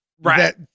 Right